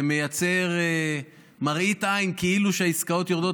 זה מייצר מראית עין כאילו שהעסקאות יורדות,